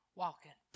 walking